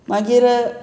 मागीर